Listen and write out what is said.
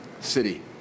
city